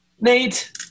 Nate